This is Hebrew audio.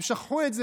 הם שכחו את זה,